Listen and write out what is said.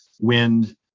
wind